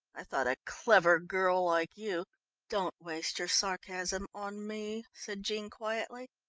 i thought a clever girl like you don't waste your sarcasm on me, said jean quietly.